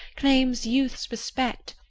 claims youth's respect,